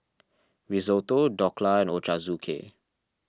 Risotto Dhokla and Ochazuke